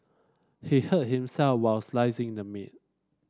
he hurt himself while slicing the meat